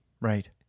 Right